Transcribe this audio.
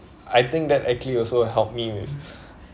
I think that actually also helped me with